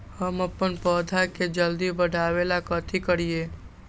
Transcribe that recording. हम अपन पौधा के जल्दी बाढ़आवेला कथि करिए?